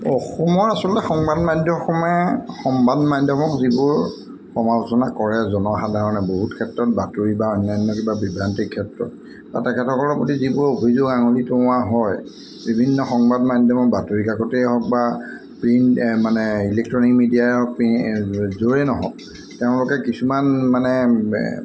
অসমৰ আচলতে সংবাদ মাধ্যম অসমে সংবাদ মাধ্যমক যিবোৰ সমালোচনা কৰে জনসাধাৰণে বহুত ক্ষেত্ৰত বাতৰি বা অন্যান্য কিবা বিভ্ৰান্তিৰ ক্ষেত্ৰত বা তেখেতসকলৰ প্ৰতি যিবোৰ অভিযোগ আঙুলি তুওৱা হয় বিভিন্ন সংবাদ মাধ্যমক বাতৰি কাকতেই হওক বা প্ৰিণ্ট মানে ইলেক্ট্ৰনিক মিডিয়াই হওক য'ৰেই নহওক তেওঁলোকে কিছুমান মানে